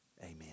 Amen